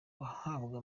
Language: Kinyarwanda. bahabwa